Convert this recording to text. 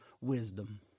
wisdom